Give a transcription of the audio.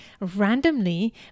randomly